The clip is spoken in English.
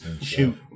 Shoot